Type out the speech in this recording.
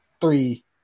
three